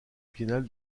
biennale